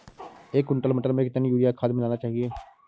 एक कुंटल मटर में कितना यूरिया खाद मिलाना चाहिए?